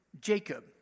Jacob